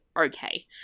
okay